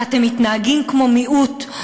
ואתם מתנהגים כמו מיעוט,